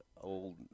old